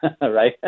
right